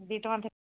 ଦୁଇ ଟଙ୍କା